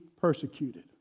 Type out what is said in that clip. persecuted